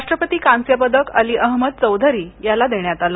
राष्ट्रपती कांस्य पदक अली अहमद चौधरी याला मिळालं